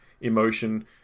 emotion